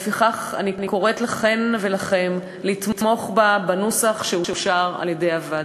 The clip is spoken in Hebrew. ולפיכך אני קוראת לכן ולכם לתמוך בה בנוסח שאושר על-ידי הוועדה.